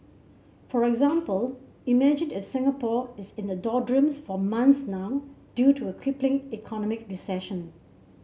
for example imagine it if Singapore is in the doldrums for months now due to a crippling economic recession